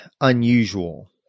unusual